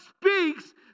speaks